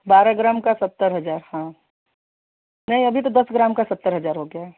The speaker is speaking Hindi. बारह ग्राम का सत्तर हज़ार हाँ नहीं अभी तो दस ग्राम का सत्तर हज़ार हो गया है